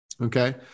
okay